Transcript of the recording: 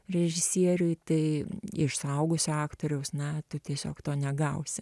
režisieriui tai iš suaugusio aktoriaus na tu tiesiog to negausi